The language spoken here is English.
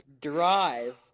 drive